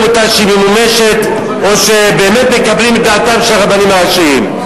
אותה ממומשת או שבאמת מקבלים את דעתם של הרבנים הראשיים.